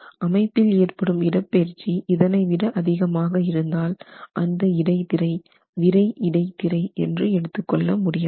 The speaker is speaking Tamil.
அமைப்பில் ஏற்படும் இடப்பெயர்ச்சி இதனைவிட அதிகமாக இருந்தால் அந்த இடை திரை விறை இடைத்திரை என்று எடுத்து கொள்ள முடியாது